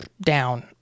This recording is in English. down